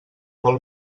vol